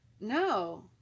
No